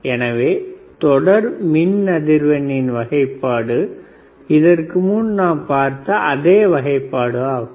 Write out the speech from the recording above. எனவே தொடர் மின் அதிர்வெண்ணின் வகைப்பாடு இதற்கு முன்பு நாம் பார்த்த அதே வகைப்பாடு ஆகும்